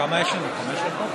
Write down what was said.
כמה יש לנו, חמש דקות?